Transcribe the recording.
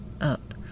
up